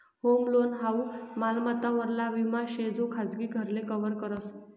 home loan हाऊ मालमत्ता वरला विमा शे जो खाजगी घरले कव्हर करस